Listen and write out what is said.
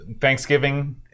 Thanksgiving